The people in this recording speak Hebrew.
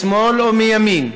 משמאל או מימין.